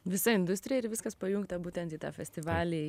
visa industrija ir viskas pajungta būtent į tą festivalį